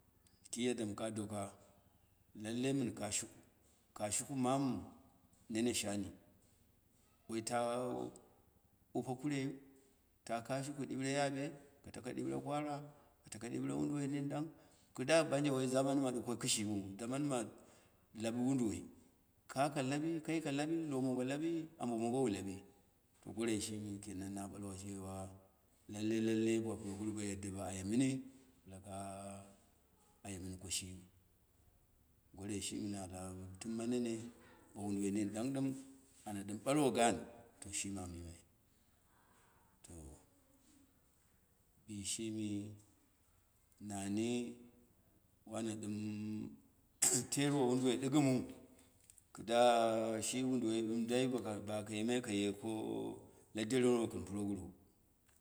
Ki yadda mɨ ka doka, lallei mɨn kashiku, kashuku mamu, nene shani, wai tawupe kure, ta kashuku ɗiure yaɓ katako dure kwara, ka taka diure woduwoi ni ɗang, kɨ da banje wai zam ani ma ɗuko kishimiu, zaman ma lap woduwoi, ka ka labi, kai ka labi loapmengo, labi abo mongo wu labi, gorei shimi kenan na ɓalwa cewa, lalei lallei ba puroguru ba yadda ba aye mini, bɨla ka aye mini kashi mi, goroi shɨmi na lau tɨmma nene, bo wo duwoi nin ɗang ɗɨm, ana ɗim ɓalwo gan to shimi an yimai, to bishɨmi, nani wana ɗɨm teeri wo woduwoi ɗɨgɨmu, kɨda shi woduwoi ɗɨm dai boka bako yimai kaye ko- kladerenuto kɨn purogeru.